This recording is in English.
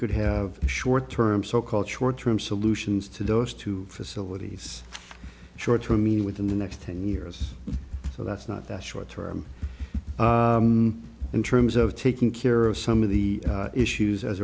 could have short term so called short term solutions to those two facilities short term meaning within the next ten years so that's not that short term in terms of taking care of some of the issues as